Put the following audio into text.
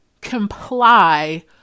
comply